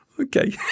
Okay